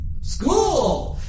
school